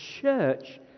church